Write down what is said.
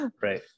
right